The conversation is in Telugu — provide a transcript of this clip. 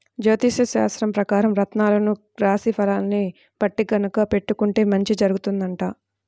జ్యోతిష్యశాస్త్రం పెకారం రత్నాలను రాశి ఫలాల్ని బట్టి గనక పెట్టుకుంటే మంచి జరుగుతుందంట